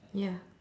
ya